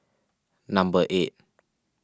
number eight